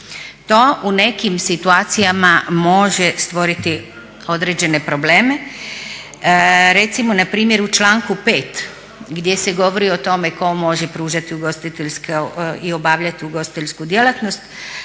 To u nekim situacijama može stvoriti određene probleme. Recimo npr. u članku 5. gdje se govori o tome tko može pružati i obavljati ugostiteljsku djelatnost,